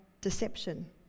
deception